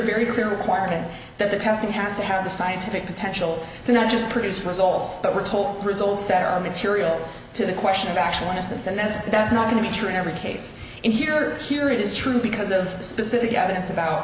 very clear requirement that the testing has to have the scientific potential to not just produce results but we're told results that are material to the question of actual innocence and that's that's not going to be true in every case in here here it is true because of the specific evidence about